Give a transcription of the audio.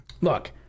look